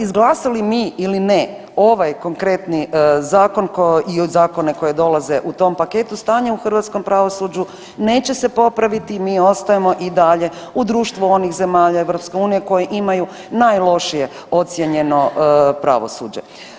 Izglasali mi ili ne ovaj konkretni zakon i zakone koji dolaze u tom paketu, stanje u hrvatskom pravosuđu neće se popraviti i mi ostajemo i dalje u društvu onih zemalja EU koje imaju najlošije ocijenjeno pravosuđe.